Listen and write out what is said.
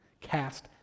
cast